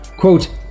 quote